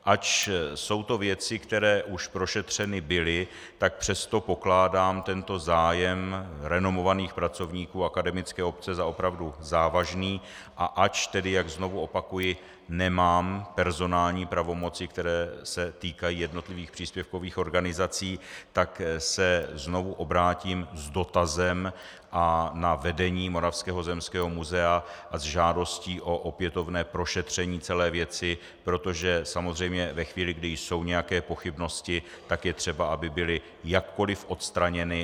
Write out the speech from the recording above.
Ač jsou to věci, které už prošetřeny byly, přesto pokládám tento zájem renomovaných pracovníků akademické obce za opravdu závažný, a ač tedy, jak znovu opakuji, nemám personální pravomoci, které se týkají jednotlivých příspěvkových organizací, tak se znovu obrátím s dotazem na vedení Moravského zemského muzea a s žádostí o opětovné prošetření celé věci, protože samozřejmě ve chvíli, kdy jsou nějaké pochybnosti, je třeba, aby byly jakkoli odstraněny.